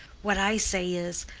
what i say is,